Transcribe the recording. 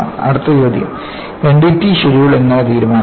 അടുത്ത ചോദ്യം NDT schedule എങ്ങനെ തീരുമാനിക്കും